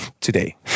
today